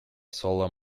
solar